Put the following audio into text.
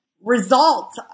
results